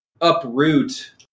uproot